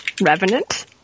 Revenant